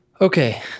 Okay